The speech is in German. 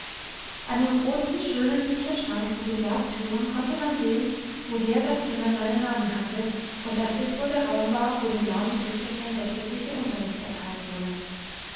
an dem großen schönen bücherschrank mit den glastüren konnte man sehen woher das zimmer seinen namen hatte und dass es wohl der raum war wo dem lahmen töchterchen der tägliche unterricht erteilt wurde